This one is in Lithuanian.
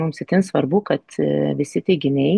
mums itin svarbu kad visi teiginiai